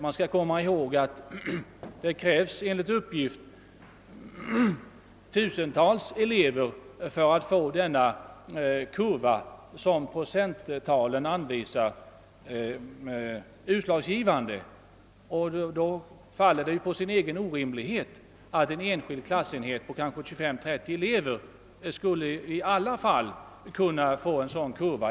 Vi skall komma ihåg att det enligt uppgift krävs ett material på tusentals elever för att kurvan över den procentuella fördelningen skall bli utslagsgivande. Det faller därför på sin egen orimlighet att en enskild klassenhet på kanske 25—30 elever i alla enskilda fall skulle kunna uppvisa en sådan kurva.